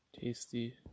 Tasty